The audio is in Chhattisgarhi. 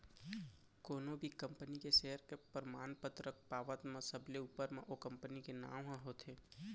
कोनो भी कंपनी के सेयर के परमान पतरक पावत म सबले ऊपर म ओ कंपनी के नांव ह होथे